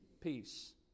Peace